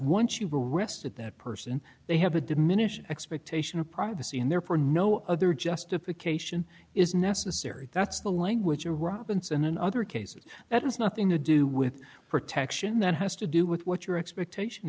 once you've arrested that person they have a diminished expectation of privacy and therefore no other justification is necessary that's the language you're robinson and other cases that has nothing to do with protection that has to do with what your expectation